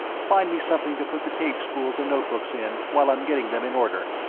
find me something to put the tape spools and notebooks in, while i'm getting them in order.